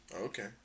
Okay